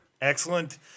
Excellent